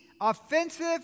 offensive